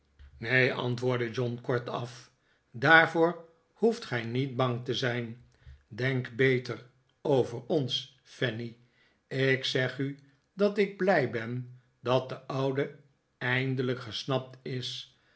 neen antwoordde john kortaf daarvoor hoeft gij niet bang te zijn denk beter over ons fanny ik zeg u dat ik blij ben dat de oude eindelijk gesnapt is